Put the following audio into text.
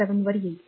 7 वर येईल